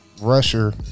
rusher